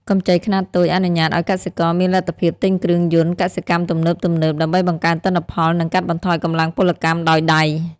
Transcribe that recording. កម្ចីខ្នាតតូចអនុញ្ញាតឱ្យកសិករមានលទ្ធភាពទិញគ្រឿងយន្តកសិកម្មទំនើបៗ ដើម្បីបង្កើនទិន្នផល និងកាត់បន្ថយកម្លាំងពលកម្មដោយដៃ។